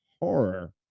horror